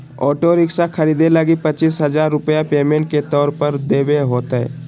auto rickshaw खरीदे लगी पचीस हजार रूपया पेमेंट के तौर पर देवे होतय